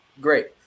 great